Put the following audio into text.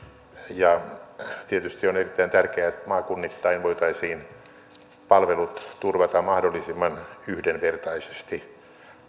ja tietysti on erittäin tärkeää että maakunnittain voitaisiin palvelut turvata mahdollisimman yhdenvertaisesti